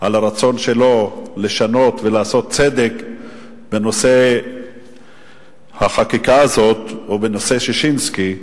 על הרצון שלו לשנות ולעשות צדק בנושא החקיקה הזאת ובנושא ששינסקי,